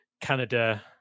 Canada